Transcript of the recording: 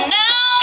now